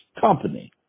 company